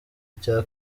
cya